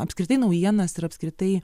apskritai naujienas ir apskritai